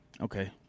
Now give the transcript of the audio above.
Okay